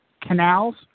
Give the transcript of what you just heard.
canals